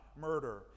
murder